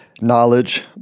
knowledge